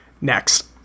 Next